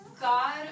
God